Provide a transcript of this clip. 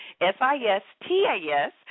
F-I-S-T-A-S